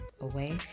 away